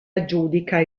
aggiudica